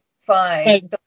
fine